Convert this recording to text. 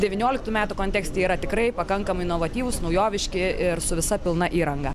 devynioliktų metų kontekste yra tikrai pakankamai inovatyvūs naujoviški ir su visa pilna įranga